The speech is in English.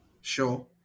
Sure